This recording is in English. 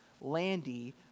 Landy